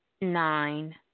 nine